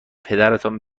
پدرتان